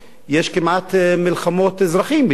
יש כמעט מלחמות אזרחים בתוך לוב.